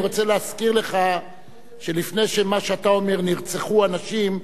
אני רוצה להזכיר לך שלפני מה שאתה אומר נרצחו אנשים,